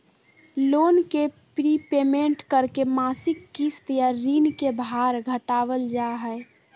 loan के prepayment करके मासिक किस्त या ऋण के भार घटावल जा हय